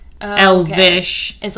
Elvish